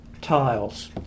tiles